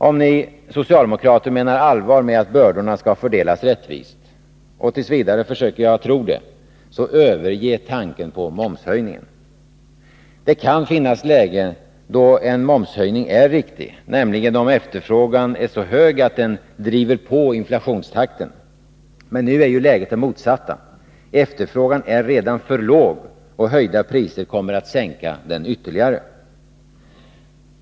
Om ni socialdemokrater menar allvar med att bördorna skall fördelas rättvist — och t. v. försöker jag tro det —, överge tanken på momshöjningen! Det kan finnas lägen då en momshöjning är riktig, nämligen om efterfrågan är så hög att den driver på inflationstakten. Men nu är ju läget det motsatta — efterfrågan är redan för låg, och höjda priser kommer att sänka den ytterligare.